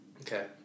Okay